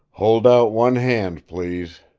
hold out one hand, please